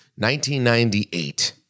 1998